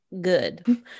good